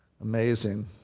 Amazing